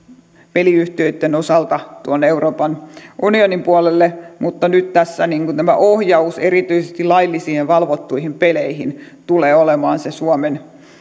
peliyhtiöitten osalta tuonne euroopan unionin puolelle mutta nyt tässä tämä ohjaus erityisesti laillisiin ja valvottuihin peleihin tulee olemaan se suomen